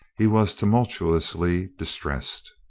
he was tumultuously distressed.